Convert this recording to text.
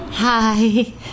Hi